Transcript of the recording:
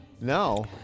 No